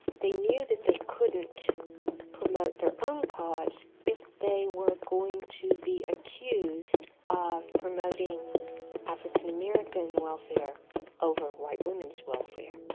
they knew that they couldn't promote their own cause if they were going to be accused of promoting african american welfare over white women's welfare.